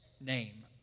name